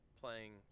playing